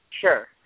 Sure